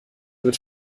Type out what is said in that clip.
wird